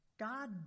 God